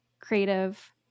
creative